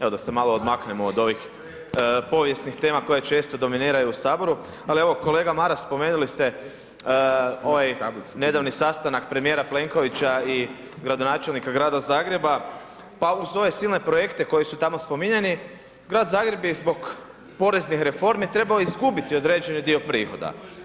Evo, da se malo odmaknemo od ovih povijesnih tema koje često dominiraju u saboru, ali evo kolega Maras spomenuli ste ovaj nedavni sastanak premijera Plenkovića i gradonačelnika Grada Zagreba, pa uz ove silne projekte koji su tamo spominjani, Grad Zagreb je zbog poreznih reformi trebao izgubiti određeni dio prihoda.